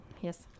yes